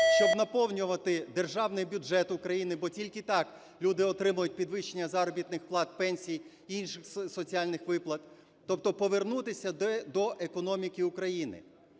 щоб наповнювати державний бюджет України, бо тільки так люди отримують підвищення заробітних плат, пенсій, інших соціальних виплат, тобто повернутися до економіки України.